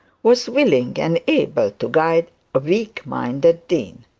was willing and able to guide a weak-minded dean.